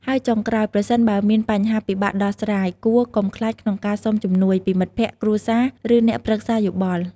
ហើយចុងក្រោយ ប្រសិនបើមានបញ្ហាពិបាកដោះស្រាយ គួរ កុំខ្លាចក្នុងការសុំជំនួយ ពីមិត្តភក្តិ គ្រួសារ ឬអ្នកប្រឹក្សាយោបល់។